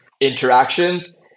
interactions